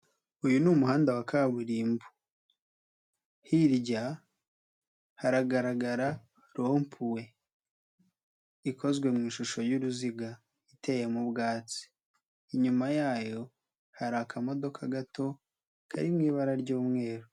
Uyu ni umuhanda wa kaburimbo. Hirya haragaragara rompuwe ikozwe mu ishusho y'uruziga iteyemo ubwatsi. Inyuma yayo hari akamodoka gato, kari mu ibara ry'umweru.